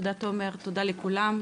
תודה תומר ותודה לכולם.